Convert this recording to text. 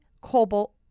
Cobalt